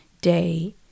day